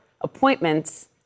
appointments